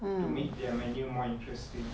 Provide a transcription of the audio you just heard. to make their menu more interesting